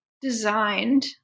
designed